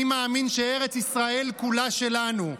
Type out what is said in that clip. אני מאמין שארץ ישראל כולה שלנו.